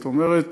זאת אומרת,